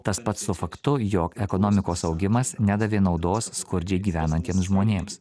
tas pats su faktu jog ekonomikos augimas nedavė naudos skurdžiai gyvenantiems žmonėms